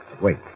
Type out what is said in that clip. Wait